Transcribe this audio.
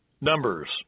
Numbers